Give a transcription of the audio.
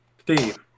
Steve